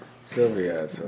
Sylvia